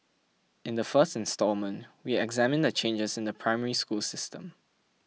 in the first installment we examine the changes in the Primary School system